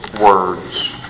words